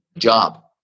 Job